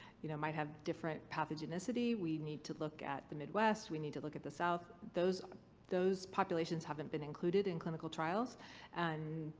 you know might have different pathogenicity. we need to look at the midwest. we need to look at the south. those those populations haven't been included in clinical trials and,